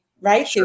right